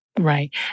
Right